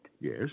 Yes